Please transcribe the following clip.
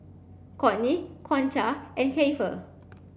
Cortney Concha and Keifer